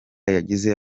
yagize